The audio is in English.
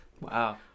Wow